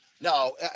No